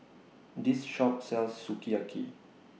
This Shop sells Sukiyaki